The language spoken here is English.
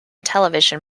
television